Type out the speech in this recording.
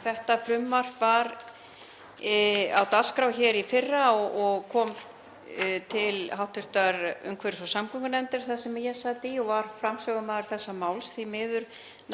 Þetta frumvarp var á dagskrá hér í fyrra og kom til hv. umhverfis- og samgöngunefndar þar sem ég sat og var framsögumaður þessa máls. Því miður